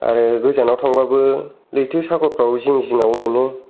आरो गोजानाव थांबाबो लैथो सागोरफ्राव जिं जिङाव ओरैनो